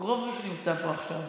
רוב מי שנמצא פה עכשיו.